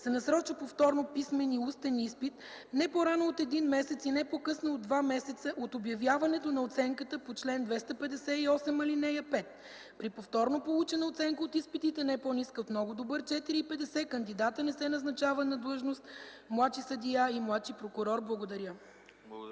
се насрочва повторно писмен и устен изпит не по-рано от един месец и не по-късно от два месеца от обявяването на оценката по чл. 258, ал. 5. При повторно получена оценка от изпитите, по-ниска от много добър „4,50”, кандидатът не се назначава на длъжност младши съдия и младши прокурор.” Благодаря.